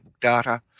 data